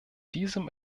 diesem